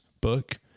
book